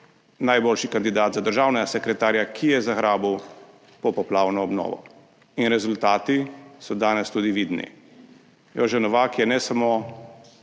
najboljši kandidat za državnega sekretarja, ki je zagrabil popoplavno obnovo in rezultati so danes tudi vidni. Jože Novak je ne samo